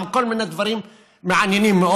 כל מיני דברים מעניינים מאוד.